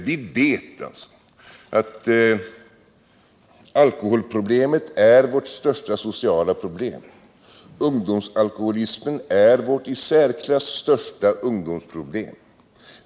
Vi vet att alkoholproblemet är vårt största sociala problem. Ungdomsalkoholismen är vårt i särklass största ungdomsproblem.